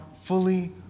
fully